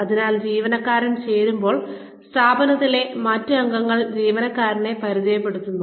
അതിനാൽ ജീവനക്കാരൻ ചേരുമ്പോൾ സ്ഥാപനത്തിലെ മറ്റ് അംഗങ്ങൾക്ക് ജീവനക്കാരനെ പരിചയപ്പെടുത്തുന്നു